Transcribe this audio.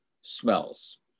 smells